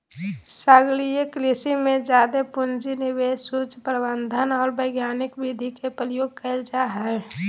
सागरीय कृषि में जादे पूँजी, निवेश, उच्च प्रबंधन और वैज्ञानिक विधि के प्रयोग कइल जा हइ